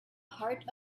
heart